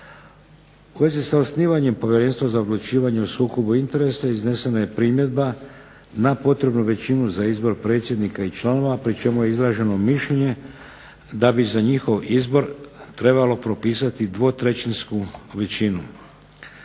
U vezi sa osnivanjem Povjerenstva za odlučivanje o sukobu interesa iznesena je primjedba na potrebnu većinu za izbor predsjednika i članova, pri čemu je izraženo mišljenje da bi za njihov izbor trebalo propisati dvotrećinsku većinu.